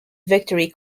victory